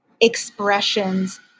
expressions